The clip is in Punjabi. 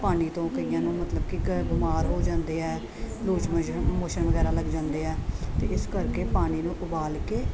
ਪਾਣੀ ਤੋਂ ਕਈਆਂ ਨੂੰ ਮਤਲਬ ਕਿ ਬਿਮਾਰ ਹੋ ਜਾਂਦੇ ਆ ਲੂਜ ਮੋਜ਼ਨ ਮੋਸ਼ਨ ਵਗੈਰਾ ਲੱਗ ਜਾਂਦੇ ਆ ਅਤੇ ਇਸ ਕਰਕੇ ਪਾਣੀ ਨੂੰ ਉਬਾਲ ਕੇ